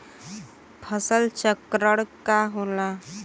फसल चक्रण का होला?